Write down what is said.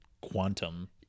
quantum